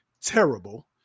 terrible